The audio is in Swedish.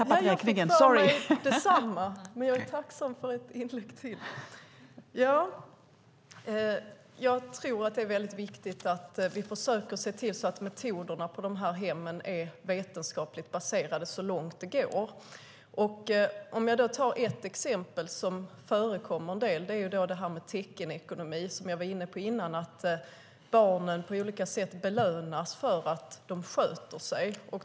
Herr talman! Jag trodde också att det var statsrådets sista inlägg, men jag är tacksam för ett inlägg till. Jag tror att det är viktigt att vi försöker se till att metoderna på HVB-hemmen är vetenskapligt baserade så långt det går. Jag kan ta ett exempel på något som förekommer en del: teckenekonomi, som jag var inne på tidigare. Där belönas barnen på olika sätt för att de sköter sig.